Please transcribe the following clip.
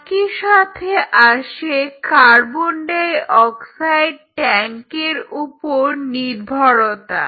একই সাথে আসে কার্বন ডাই অক্সাইড ট্যাংকের উপর নির্ভরতা